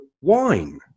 wine